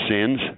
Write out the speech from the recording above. sins